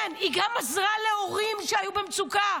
כן, היא גם עזרה להורים שהיו במצוקה.